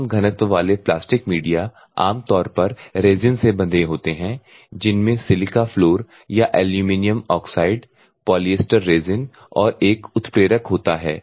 कम घनत्व वाले plastic media आमतौर पर रेज़िन से बंधे होते हैं जिनमें सिलिका फ्लोर या एल्यूमीनियम ऑक्साइड पॉलिएस्टर रेज़िन और एक उत्प्रेरक होता है